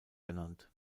genannt